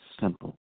simple